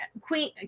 queen